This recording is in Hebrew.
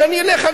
אני אלך,